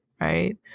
right